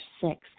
six